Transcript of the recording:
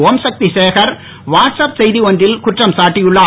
Om Sakthi Sekar WhatsApp செய்தி ஒன்றில் குற்றம் சாட்டி உள்ளார்